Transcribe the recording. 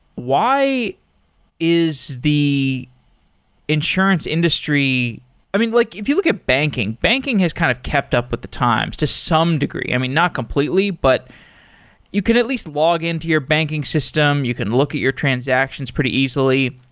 why is the insurance industry i mean, like if you look at banking. banking has kind of kept up with the times, to some degree. i mean, not completely, but you can at least log in to your banking system, you can look at your transactions pretty easily.